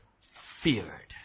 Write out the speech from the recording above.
feared